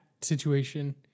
situation